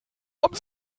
haben